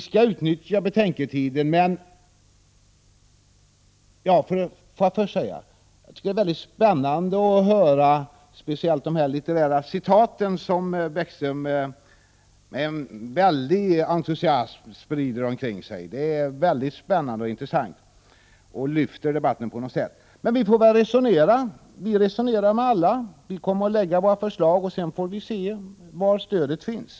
Till Lars Bäckström: Jag tycker det är spännande att höra speciellt de litterära citat som Lars Bäckström med väldig entusiasm sprider omkring sig. De lyfter debatten på något sätt. Men vi får väl resonera — vi resonerar med alla. Vi kommer att lägga våra förslag, och sedan får vi se var stödet finns.